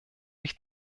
ich